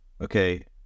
okay